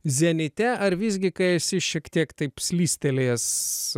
zenite ar visgi kai esi šiek tiek taip slystelėjęs